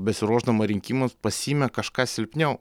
besiruošdama rinkimams pasiėmė kažką silpniau